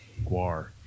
Guar